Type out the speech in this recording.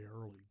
early